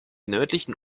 nördlichen